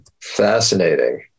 Fascinating